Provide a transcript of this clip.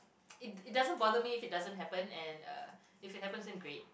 it it bother me if it doesn't happen and if happens then great